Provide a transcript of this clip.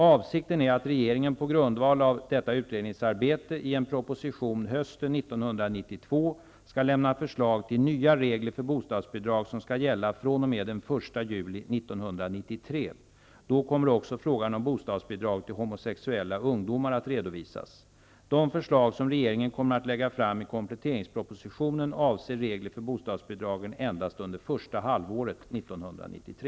Avsikten är att regeringen på grundval av detta utredningsarbete i en proposition hösten 1992 skall lämna förslag till nya regler för bostadsbidrag som skall gälla fr.o.m. den 1 juli 1993. Då kommer också frågan om bostadsbidrag till homosexuella ungdomar att redovisas. De förslag som regeringen kommer att lägga fram i kompletteringspropositionen avser regler för bostadsbidragen endast under första halvåret 1993.